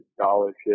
scholarship